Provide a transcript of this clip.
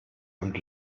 und